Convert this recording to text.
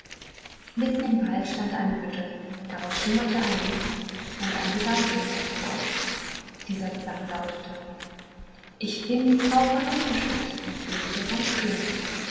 mitten im walde stand eine hütte daraus schimmerte ein licht und ein gesang tönte hervor dieser gesang lautete ich bin die frau von lumpenstich und lebe hier ganz königlich